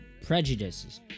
prejudices